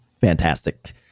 fantastic